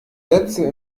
sätze